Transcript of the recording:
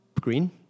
Green